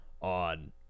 on